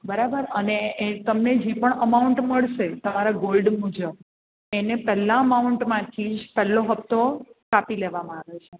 બરાબર અને એ તમને જે પણ અમાઉન્ટ મળશે તમારા ગોલ્ડ મુજબ એને પહેલાં અમાઉન્ટમાંથી પહેલો હપ્તો કાપી લેવામાં આવે છે